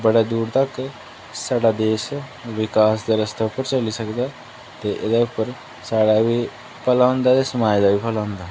बड़े दूर तक साढ़ा देश बकास दे रस्ते उप्पर चली सकदा ऐ ते एह्दे उप्पर साढ़ा बी भला होंदा ऐ ते समाज दा बी भला होंदा